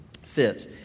fits